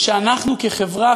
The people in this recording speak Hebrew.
שהגיעו לשם מסיבה אחרת,